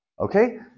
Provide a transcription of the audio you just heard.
Okay